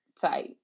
type